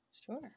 Sure